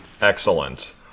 Excellent